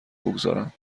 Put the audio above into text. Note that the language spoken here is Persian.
بگذارند